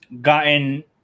gotten